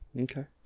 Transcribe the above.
Okay